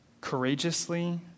courageously